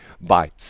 bye